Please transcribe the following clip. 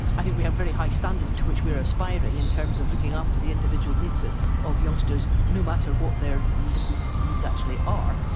i think we have very high standards to which we're aspiring in terms of looking after the individual needs ah of youngsters, no matter what their different needs actually are.